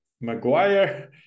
Maguire